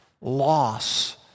loss